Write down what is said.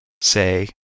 Say